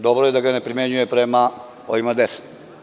Dobro je da ga ne primenjuje prema ovima desno.